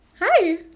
Hi